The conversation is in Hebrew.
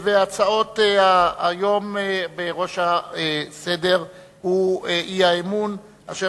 ההצעות היום בראש סדר-היום הן הצעות האי-אמון אשר